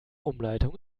umleitung